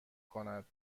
کند